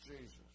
Jesus